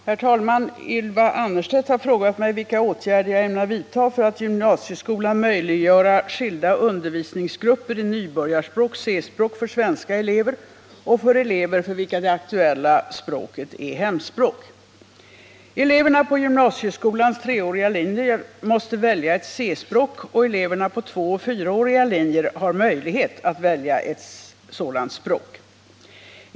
Herr talman! Ylva Annerstedt har frågat mig vilka åtgärder jag ämnar vidta för att i gymnasieskolan möjliggöra skilda undervisningsgrupper i nybörjarspråk för svenska elever och för elever, för vilka det aktuella språket är hemspråk. Eleverna på gymnasieskolans treåriga linjer måste välja ett C-språk och eleverna på tvåoch fyraåriga linjer har möjlighet att välja ett sådant språk.